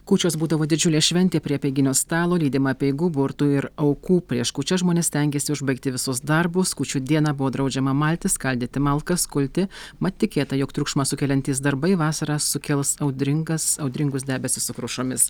kūčios būdavo didžiulė šventė prie apeiginio stalo lydima apeigų burtų ir aukų prieš kūčias žmonės stengėsi užbaigti visus darbus kūčių dieną buvo draudžiama malti skaldyti malkas kulti mat tikėta jog triukšmą sukeliantys darbai vasarą sukels audringas audringus debesis su krušomis